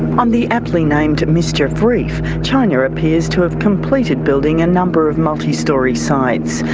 on the aptly named mischief reef, china appears to have completed building a number of multi-storey sites.